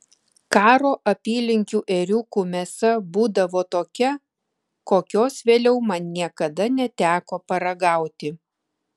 karo apylinkių ėriukų mėsa būdavo tokia kokios vėliau man niekada neteko paragauti